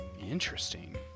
interesting